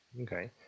Okay